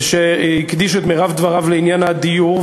שהקדיש את מרבית דבריו לעניין הדיור,